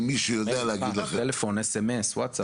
מייל, טלפון, SMS, ווטסאפ.